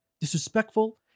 disrespectful